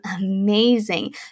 amazing